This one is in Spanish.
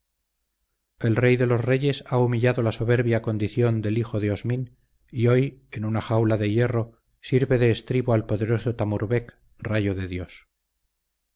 el rey de los reyes ha humillado la soberbia condición del hijo de osmín y hoy en una jaula de hierro sirve de estribo al poderoso tamurbec rayo de dios